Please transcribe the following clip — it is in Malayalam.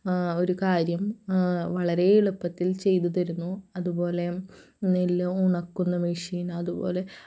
ഒരു കാര്യം വളരെ എളുപ്പത്തിൽ ചെയ്ത് തരുന്നു അതുപോലെ നിലം ഉണക്കുന്ന മെഷീൻ അതുപോലെ